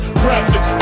graphic